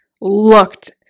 looked